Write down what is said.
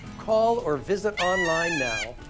call or visit online now.